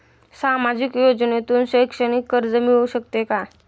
सामाजिक योजनेतून शैक्षणिक कर्ज मिळू शकते का?